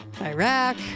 Iraq